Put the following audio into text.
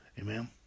Amen